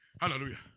Hallelujah